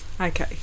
Okay